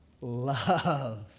Love